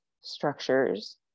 structures